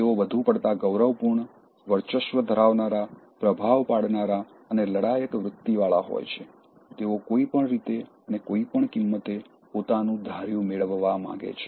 તેઓ વધુ પડતાં ગૌરવપૂર્ણ વર્ચસ્વ ધરાવનારા પ્રભાવ પાડનારા અને લડાયક વૃત્તિ વાળા હોય છે તેઓ કોઈપણ રીતે અને કોઈપણ કિંમતે પોતાનું ધાર્યું મેળવવા માંગે છે